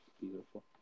Beautiful